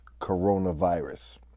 coronavirus